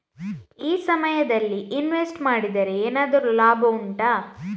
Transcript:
ಈ ಸಮಯದಲ್ಲಿ ಇನ್ವೆಸ್ಟ್ ಮಾಡಿದರೆ ಏನಾದರೂ ಲಾಭ ಉಂಟಾ